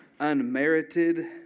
unmerited